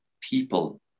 people